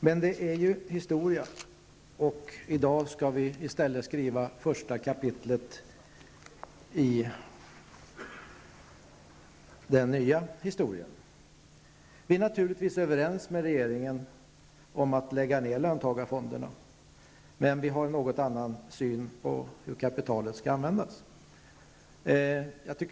Men det är historia, och i dag gäller det att skriva det första kapitlet i den nya historien. Vi är naturligtvis överens med regeringen om att avveckla löntagarfonderna, men vi har en något annan syn på hur kapitalet skall användas.